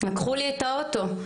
לקחו לי את האוטו.